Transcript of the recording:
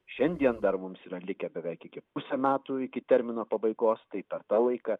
šiandien dar mums yra likę beveik iki pusę metų iki termino pabaigos tai per tą laiką